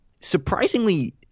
Surprisingly